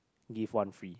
give one free